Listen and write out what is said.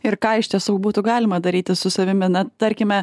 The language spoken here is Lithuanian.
ir ką iš tiesų būtų galima daryti su savimi na tarkime